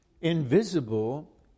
invisible